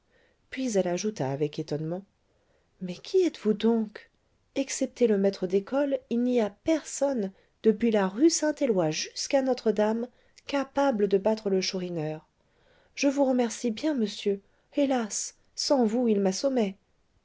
puis elle ajouta avec étonnement mais qui êtes-vous donc excepté le maître d'école il n'y a personne depuis la rue saint éloi jusqu'à notre-dame capable de battre le chourineur je vous remercie bien monsieur hélas sans vous il